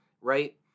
Right